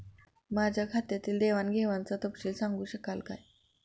माझ्या खात्यातील देवाणघेवाणीचा तपशील सांगू शकाल काय?